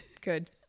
Good